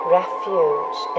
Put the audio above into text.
refuge